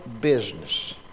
business